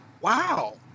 wow